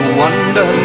wonder